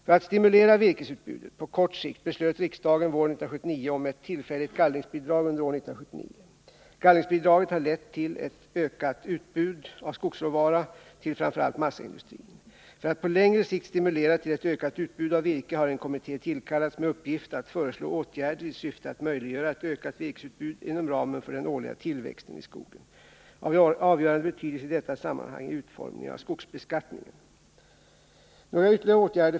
För att stimulera virkesutbudet på kort sikt beslöt riksdagen våren 1979 om ett tillfälligt gallringsbidrag under år 1979. Gallringsbidraget har lett till ett ökat utbud av skogsråvara till framför allt massaindustrin. För att på längre sikt stimulera till ett ökat utbud av virke har en kommitté tillkallats med uppgift att föreslå åtgärder i syfte att möjliggöra ett ökat virkesutbud inom ramen för den årliga tillväxten i skogen. Av avgörande betydelse i detta sammanhang är utformningen av skogsbeskattningen. Några ytterligare åtgärder.